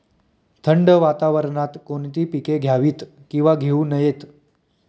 थंड वातावरणात कोणती पिके घ्यावीत? किंवा घेऊ नयेत?